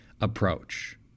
approach